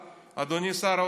אדוני שר האוצר,